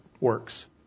works